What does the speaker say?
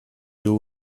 you